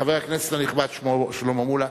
מה שאומר חבר הכנסת הנכבד שלמה מולה,